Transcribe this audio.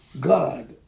God